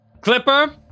Clipper